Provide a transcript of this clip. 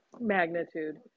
magnitude